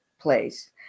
place